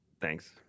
Thanks